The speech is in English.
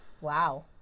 wow